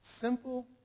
Simple